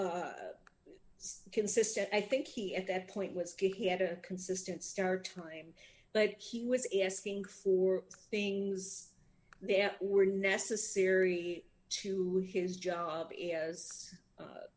so consistent i think he at that point was he had a consistent star time but he was asking for things there were necessary to his job as a